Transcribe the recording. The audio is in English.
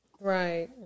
Right